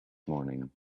morning